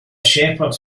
shepherd